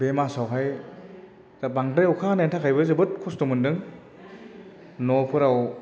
बे मासावहाय दा बांद्राय अखा हानायनि थाखायबो जोबोद खस्त' मोन्दों न'फोराव